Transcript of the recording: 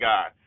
God